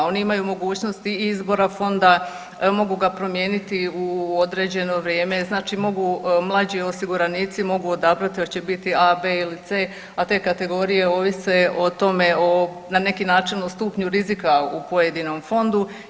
Oni imaju mogućnosti izbora fonda, mogu ga promijeniti u određeno vrijeme znači mogu mlađi osiguranici, mogu odabrati hoće biti A, B ili C, a te kategorije ovise o tome o, na neki način o stupnju rizika u pojedinom fondu.